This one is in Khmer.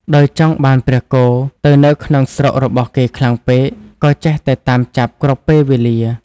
ដោយចង់បានព្រះគោទៅនៅក្នុងស្រុករបស់គេខ្លាំងពេក ក៏ចេះតែតាមចាប់គ្រប់ពេលវេលា។